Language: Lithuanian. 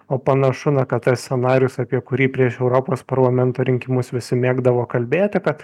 o panašu na kad tas scenarijus apie kurį prieš europos parlamento rinkimus visi mėgdavo kalbėti kad